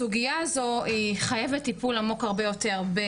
הסוגיה הזו חייבת טיפול עמוק הרבה יותר.